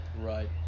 Right